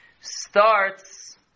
starts